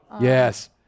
Yes